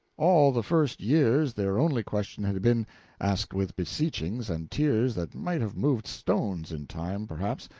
all the first years, their only question had been asked with beseechings and tears that might have moved stones, in time, perhaps,